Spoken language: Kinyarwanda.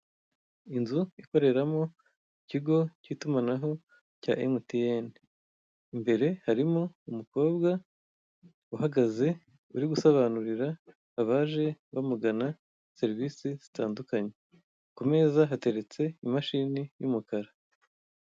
Inzu ikoreramo ikigo cy'itumanaho, cya emutiyeni. Imbere harimo umukobwa uhagaze, urimo usobanurira abaje bamugana, serivise zitandukanye. Ku meza hateretse imashini y'umukara.